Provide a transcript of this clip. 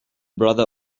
brother